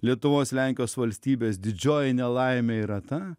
lietuvos lenkijos valstybės didžioji nelaimė yra ta